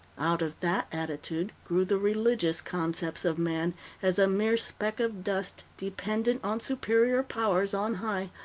out of that attitude grew the religious concepts of man as a mere speck of dust dependent on superior powers on high,